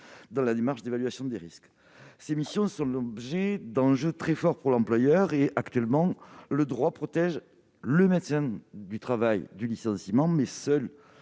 dans la démarche d'évaluation des risques. Ces missions sont l'objet d'enjeux très forts pour l'employeur. Actuellement, le droit protège le médecin du travail, et lui seul,